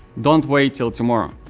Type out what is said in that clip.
don't wait til tomorrow.